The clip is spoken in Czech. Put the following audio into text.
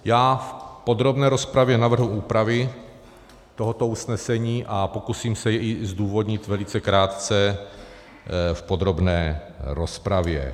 Já v podrobné rozpravě navrhnu úpravy tohoto usnesení a pokusím se je i zdůvodnit velice krátce v podrobné rozpravě.